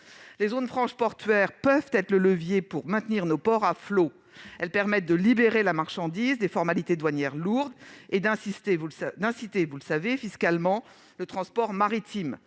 Les zones franches portuaires peuvent être un levier pour maintenir nos ports à flot. Elles permettent de libérer les marchandises des formalités douanières lourdes et d'inciter fiscalement le transport maritime.